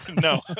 No